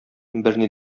берни